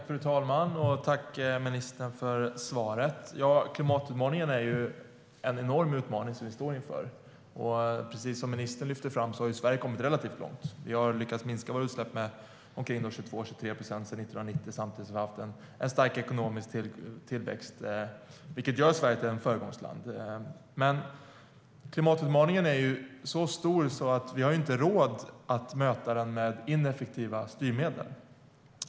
Fru talman! Jag tackar ministern för svaret. Klimatutmaningen är en enorm utmaning som vi står inför. Som ministern lyfter fram har Sverige kommit relativt långt. Vi har lyckats minska våra utsläpp med 22-23 procent sedan 1990, samtidigt som vi haft en stark ekonomisk tillväxt, vilket gör Sverige till ett föregångsland. Men klimatutmaningen är så stor att vi inte har råd att möta den med ineffektiva styrmedel.